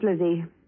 Lizzie